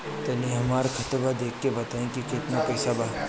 तनी हमर खतबा देख के बता दी की केतना पैसा बा?